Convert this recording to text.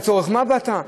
לצורך מה באת?